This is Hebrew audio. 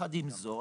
יחד עם זאת,